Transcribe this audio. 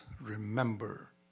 remember